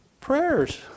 prayers